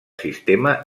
sistema